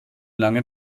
lange